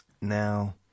Now